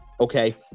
Okay